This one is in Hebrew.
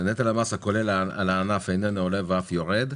"נטל המס הכולל על הענף איננו עולה ואף יורד.